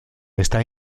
está